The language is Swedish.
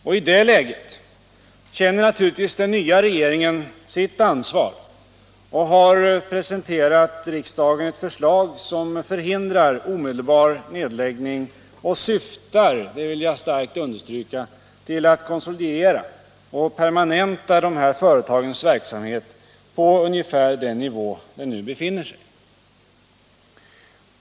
I det läget känner naturligtvis den nya regeringen sitt ansvar och har presenterat riksdagen ett förslag, som avser att förhindra omedelbar nedläggning och syftar — det vill jag kraftigt understryka — till att konsolidera och permanenta de här företagens verksamhet på ungefär den nivå där den nu befinner sig.